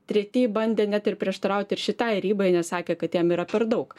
treti bandė net ir prieštarauti ir šitai ribai nes sakė kad jiem yra per daug